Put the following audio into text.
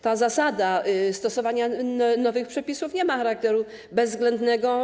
Ta zasada stosowania nowych przepisów nie ma charakteru bezwzględnego.